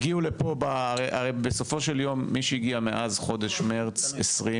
הרי בסופו של יום מי שהגיע מאז חודש מרץ 2022,